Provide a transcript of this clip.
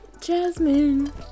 Jasmine